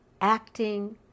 acting